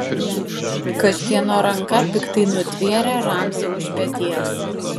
kažkieno ranka piktai nutvėrė ramzį už peties